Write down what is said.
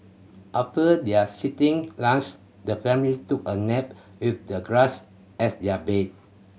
after their lunch the family took a nap with the grass as their bed